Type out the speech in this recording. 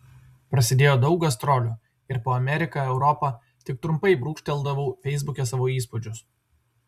prasidėjo daug gastrolių ir po ameriką europą tik trumpai brūkšteldavau feisbuke savo įspūdžius